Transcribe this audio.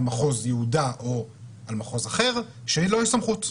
מחוז יהודה או על מחוז אחר שלו יש סמכות.